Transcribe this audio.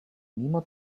mimo